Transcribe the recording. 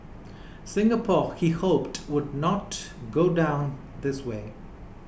Singapore he hoped would not go down this way